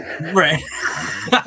right